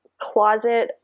closet